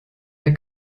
der